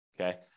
Okay